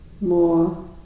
more